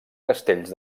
castells